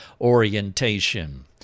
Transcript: orientation